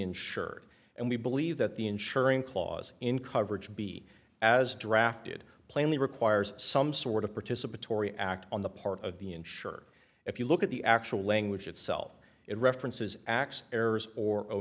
insured and we believe that the insuring clause in coverage be as drafted plainly requires some sort of participatory act on the part of the insurer if you look at the actual language itself it references acts errors or o